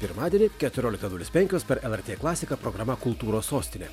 pirmadienį keturioliktą nulis penkios per lrt klasiką programa kultūros sostinė